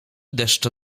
deszcz